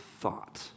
thought